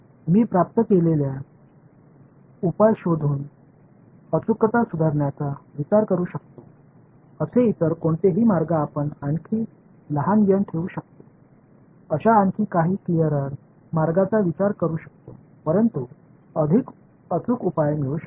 मी प्राप्त केलेला उपाय शोधून अचूकता सुधारण्याचा विचार करू शकतो असे इतर कोणतेही मार्ग आपण आणखी लहान n ठेवू शकतो अशा आणखी काही क्लिअरर मार्गाचा विचार करू शकतो परंतु अधिक अचूक उपाय मिळू शकतो